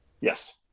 Yes